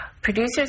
Producers